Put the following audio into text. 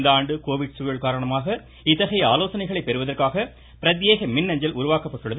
இந்தஆண்டு கோவிட் சூழல் காரணமாக இத்தகைய பெறுவதற்காக பிரத்யேக மின்னஞ்சல் உருவாக்கப்பட்டுள்ளது